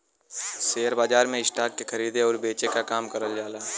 share बाजार में stock के खरीदे आउर बेचे क काम करल जाला